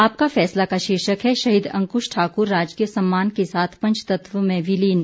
आपका फैसला का शीर्षक है शहीद अंकुश ठाकुर राजकीय सम्मान के साथ पंचतत्व में विलीन